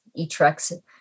eTrex